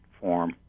form